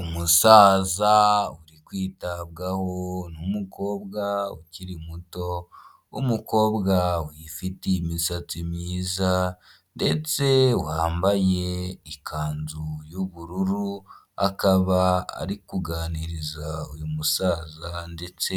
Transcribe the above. Umusaza uri kwitabwaho n'umukobwa ukiri muto w'umukobwa ufite imisatsi myiza ndetse wambaye ikanzu y'ubururu akaba ari kuganiriza uyu musaza ndetse